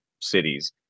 cities